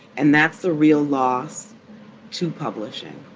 and that's the real loss to publishing